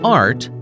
art